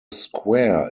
square